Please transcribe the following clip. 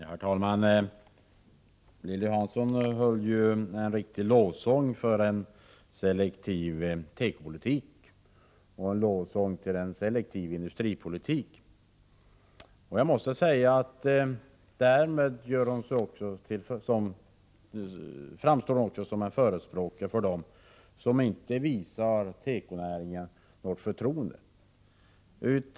Herr talman! Lilly Hansson höll en riktig lovsång för en selektiv tekopolitik och för en selektiv industripolitik. Därmed framstår hon också som en förespråkare för dem som inte visar tekonäringen något förtroende.